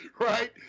Right